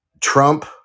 Trump